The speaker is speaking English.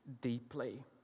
deeply